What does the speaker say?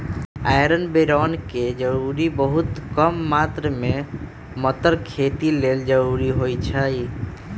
iron boron के जरूरी बहुत कम मात्र में मतर खेती लेल जरूरी होइ छइ